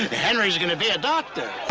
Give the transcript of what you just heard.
henry's gonna be a doctor.